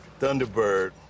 Thunderbird